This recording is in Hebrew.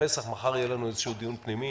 הפסח מחר יהיה לנו איזשהו דיון פנימי